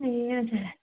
ए हजुर